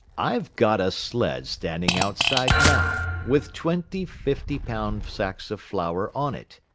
i've got a sled standing outside now, with twenty fiftypound sacks of flour on it,